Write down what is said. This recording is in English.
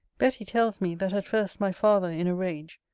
betty tells me, that at first my father, in a rage,